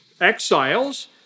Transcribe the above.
exiles